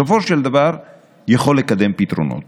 בסופו של דבר יכול לקדם פתרונות.